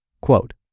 Quote